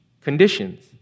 conditions